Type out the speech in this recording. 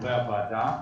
חברי הוועדה.